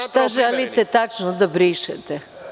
Šta želite tačno da brišete?